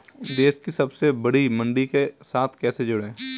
देश की सबसे बड़ी मंडी के साथ कैसे जुड़ें?